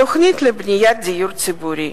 תוכנית לבניית דיור ציבורי,